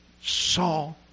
saw